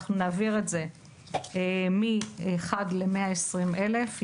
אנחנו נעביר את זה מאחד ל-120 אלף,